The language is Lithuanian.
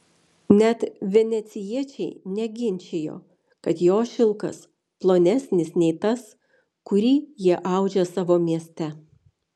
net venecijiečiai neginčijo kad jo šilkas plonesnis nei tas kurį jie audžia savo mieste